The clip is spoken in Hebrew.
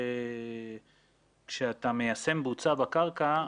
- כשאתה מיישם בוצה בקרקע,